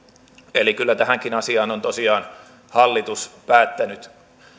eli kyllä tähänkin asiaan on tosiaan hallitus päättänyt